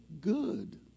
good